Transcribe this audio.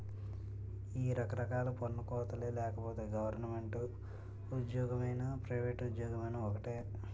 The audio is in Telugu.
ఈ రకరకాల పన్ను కోతలే లేకపోతే గవరమెంటు ఉజ్జోగమైనా పైవేట్ ఉజ్జోగమైనా ఒక్కటే